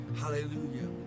hallelujah